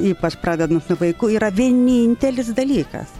ypač pradedant nuo vaikų yra vienintelis dalykas